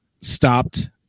stopped